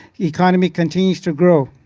economy continues to grow.